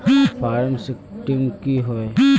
Form sixteen की होय?